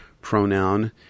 pronoun